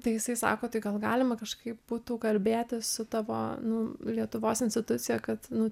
tai jisai sako tai gal galima kažkaip būtų kalbėti su tavo nu lietuvos institucija kad nu